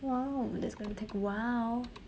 !wow! that's gonna take a while